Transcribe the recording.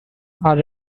are